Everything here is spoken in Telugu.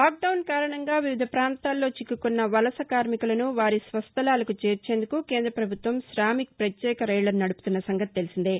లాక్డౌన్ కారణంగా వివిధ ప్రాంతాల్లో చిక్కుకున్న వలస కార్మికులను వారి స్వస్థలాలకు చేర్చేందుకు కేంద్ర పభుత్వం శామిక్ పత్యేక రైళ్లను నడుపుతున్న సంగతి తెలిసిందే